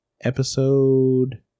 episode